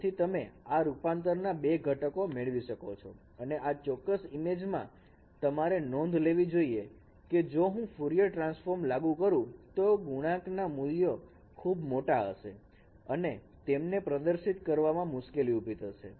તેથી તમે આ રૂપાંતરના બે ઘટકો મેળવી શકો છો અને આ ચોક્કસ ઈમેજમાં તમારે નોંધ લેવી જોઈએ કે જો હું ફ્યુરિયર ટ્રાન્સફોર્મ લાગુ કરું તો ગુણાંક ના મૂલ્યો ખૂબ મોટા હશે અને તેમને પ્રદર્શિત કરવા માં મુશ્કેલી ઊભી થશે